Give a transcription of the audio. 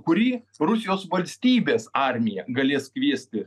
kurį rusijos valstybės armija galės kviesti